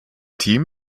team